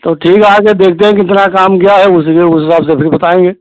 तो ठीक है आकर देखते हैं कि कितना काम क्या है उसी से उस हिसाब से फिर बताएंगे